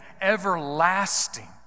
everlasting